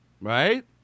right